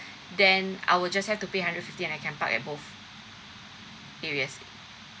then I will just have to pay hundred fifty I can park at both areas